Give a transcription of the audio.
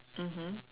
mmhmm